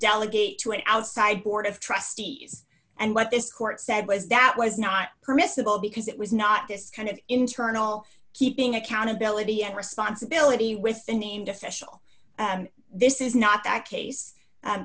delegate to an outside board of trustees and what this court said was that was not permissible because it was not this kind of internal keeping accountability and responsibility with the named official this is not that case